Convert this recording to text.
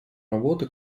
работы